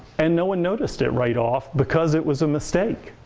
and no one noticed it right off because it was a mistake.